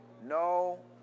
no